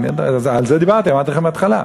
על זה דיברתי, אמרתי לכם מההתחלה.